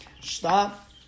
Stop